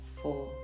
four